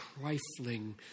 trifling